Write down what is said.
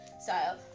Style